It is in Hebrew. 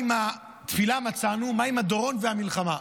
תפילה מצאנו, מה עם הדורון והמלחמה?